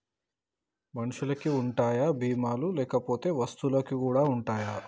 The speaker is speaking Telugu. మనుషులకి ఉంటాయా బీమా లు లేకపోతే వస్తువులకు కూడా ఉంటయా?